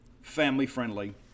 family-friendly